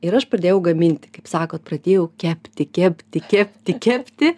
ir aš pradėjau gaminti kaip sakot pradėjau kepti kepti kepti kepti